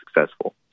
successful